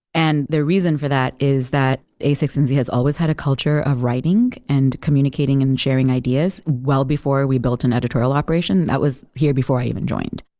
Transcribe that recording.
and the reason for that is that a one six and z has always had a culture of writing and communicating and sharing ideas well before we built an editorial operation. that was here before i even joined.